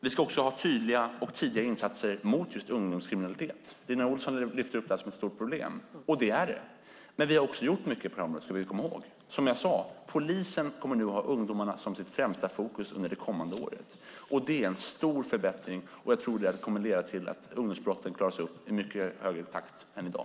Vi ska också ha tydliga och tidiga insatser mot just ungdomskriminalitet. Lena Olsson lyfter fram det här som ett stort problem, och det är det. Men vi har också gjort mycket på det här området. Det ska vi komma ihåg. Som jag sade kommer polisen nu att ha ungdomarna som främsta fokus under det kommande året. Det är en stor förbättring och jag tror att det kommer att leda till att ungdomsbrotten klaras upp i mycket snabbare takt än i dag.